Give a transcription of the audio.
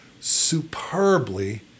superbly